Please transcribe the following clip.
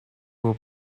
will